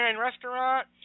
restaurant